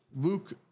Luke